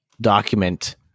document